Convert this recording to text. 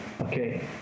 Okay